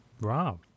Wow